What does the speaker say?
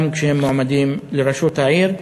גם כשהם מועמדים לראשות העיר,